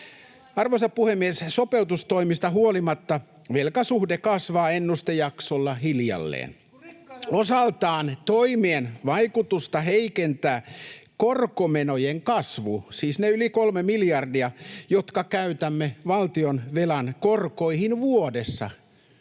Arvoisa puhemies! Sopeutustoimista huolimatta velkasuhde kasvaa ennustejaksolla hiljalleen. [Jussi Saramo: Kun rikkaille annetaan lisää!] Osaltaan toimien vaikutusta heikentää korkomenojen kasvu — siis ne yli kolme miljardia, jotka käytämme valtionvelan korkoihin vuodessa.